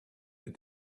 that